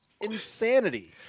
insanity